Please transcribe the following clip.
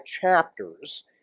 chapters